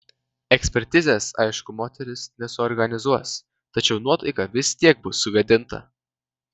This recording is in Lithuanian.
ekspertizės aišku moteris nesuorganizuos tačiau nuotaika vis tiek bus sugadinta